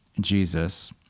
Jesus